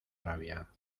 rabia